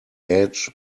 edge